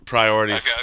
Priorities